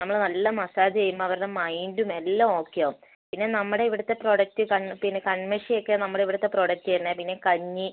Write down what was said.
നമ്മൾ നല്ല മസാജ് ചെയ്യുമ്പോൾ അവരുടെ മൈൻഡും എല്ലാം ഓക്കെ ആവും പിന്നെ നമ്മുടെ ഇവിടുത്തെ പ്രോഡക്റ്റ് കണ്ണ് പിന്നെ കണ്മഷി ഒക്കെ നമ്മുടെ ഇവിടുത്തെ പ്രോഡക്റ്റ് തന്നെ പിന്നെ കഞ്ഞി